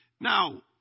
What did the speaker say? now